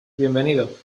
bienvenido